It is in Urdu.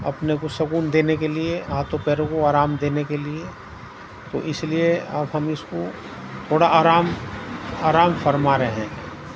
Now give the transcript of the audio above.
اپنے کو سکون دینے کے لیے ہاتھوں پیروں کو آرام دینے کے لیے تو اس لیے اب ہم اس کو تھوڑا آرام آرام فرما رہے ہیں